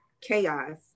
chaos